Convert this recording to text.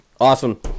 Awesome